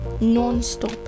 non-stop